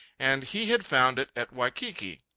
and he had found it at waikiki.